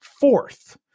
fourth